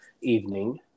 evening